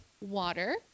water